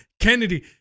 Kennedy